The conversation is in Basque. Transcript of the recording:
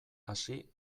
hasi